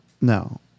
No